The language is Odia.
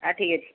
ଆ ଠିକ୍ ଅଛି